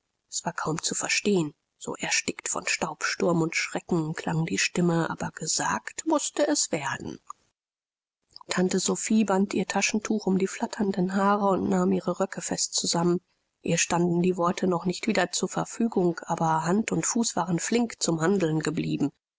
es war kaum zu verstehen so erstickt von staub sturm und schrecken klang die stimme aber gesagt mußte es werden tante sophie band ihr taschentuch um die flatternden haare und nahm ihre röcke fest zusammen ihr standen die worte noch nicht wieder zur verfügung aber hand und fuß waren flink zum handeln geblieben